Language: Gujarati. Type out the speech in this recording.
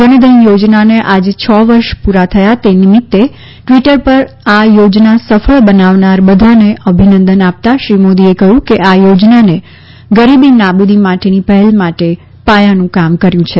જનધન યોજનાને આજે છ વર્ષ પૂરા થયા તે નિમિત્તે ટ઼વિટર ઉપર આ યોજના સફળ બનાવનાર બધાને અભિનંદન આપતાં શ્રી મોદીએ કહ્યું કે આ યોજનાએ ગરીબી નાબૂદી માટેની પહેલો માટે પાયાનું કામ કર્યું છે